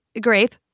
Grape